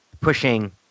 pushing